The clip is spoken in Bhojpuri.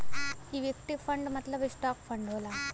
इक्विटी फंड मतलब स्टॉक फंड होला